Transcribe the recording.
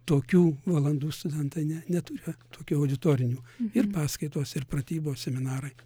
tokių valandų studentai ne neturi tokių auditorinių ir paskaitos ir pratybos seminarai